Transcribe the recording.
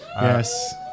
yes